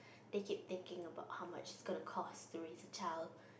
they keep thinking about how much it's gonna cost to raise a child